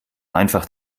einfach